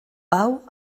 pau